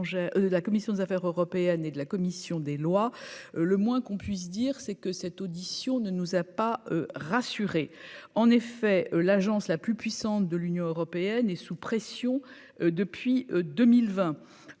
la commission des Affaires européennes et de la commission des lois, le moins qu'on puisse dire, c'est que cette audition ne nous a pas rassurés, en effet, l'agence la plus puissante de l'Union européenne est sous pression depuis 2020,